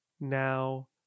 now